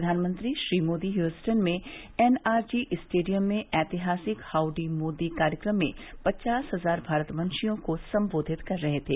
प्रधानमंत्री श्री मोदी ह्यस्टन के NRG stadium में ऐतिहासिक हाउड़ी मोदी कार्यक्रम में पचास हजार भारतवंशियों को सम्बोधित कर रहे थे